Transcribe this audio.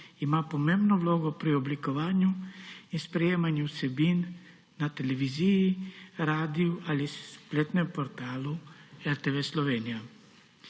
ima pomembno vlogo pri oblikovanju in sprejemanju vsebin na Televiziji, Radiu ali spletnem portalu RTV Slovenija.